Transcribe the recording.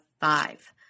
five